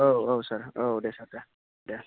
औ औ सार औ दे सार दे